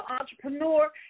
entrepreneur